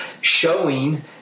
showing